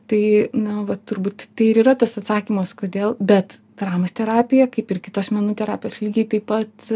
tai na va turbūt tai ir yra tas atsakymas kodėl bet dramos terapija kaip ir kitos menų terapijos lygiai taip pat